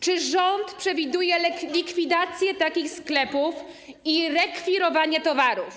Czy rząd przewiduje likwidację takich sklepów i rekwirowanie towarów?